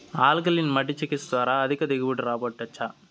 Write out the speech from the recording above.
alkaline మట్టి చికిత్స ద్వారా అధిక దిగుబడి రాబట్టొచ్చా